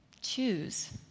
Choose